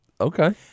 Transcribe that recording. Okay